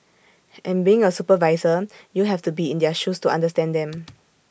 and being A supervisor you have to be in their shoes to understand them